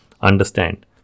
understand